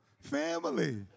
Family